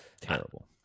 terrible